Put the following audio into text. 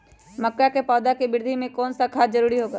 मक्का के पौधा के वृद्धि में कौन सा खाद जरूरी होगा?